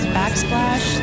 backsplash